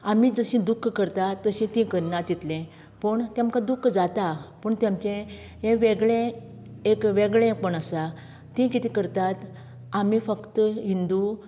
आमी जशीं दूख करता तशीं तीं करनात तितलीं पूण तेंमकां दूख जाता पूण तेंमचें हें वेगळें एक वेगळेंपण आसा तीं कितें करतात आमी फक्त हिंदू